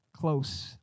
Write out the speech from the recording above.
Close